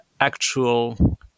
actual